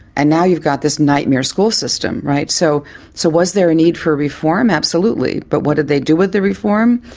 and now you've got this nightmare school system, right? so so was there a need for reform? absolutely. but what did they do with the reform?